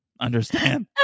Understand